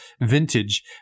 vintage